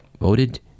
voted